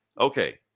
okay